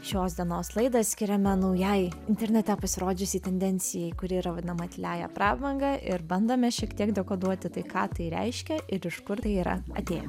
šios dienos laidą skiriame naujajai internete pasirodžiusiai tendencijai kuri yra vadinama tyliąja prabanga ir bandome šiek tiek dekoduoti tai ką tai reiškia ir iš kur tai yra atėję